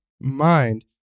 mind